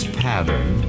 pattern